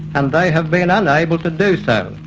and they have been unable to do so.